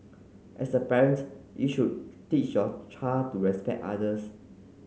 as a parent you should teach your child to respect others